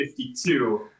52